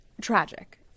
tragic